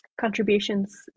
contributions